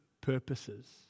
purposes